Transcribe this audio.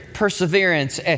Perseverance